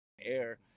air